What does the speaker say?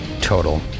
Total